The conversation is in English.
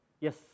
Yes